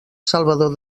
salvador